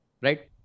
Right